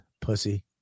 pussy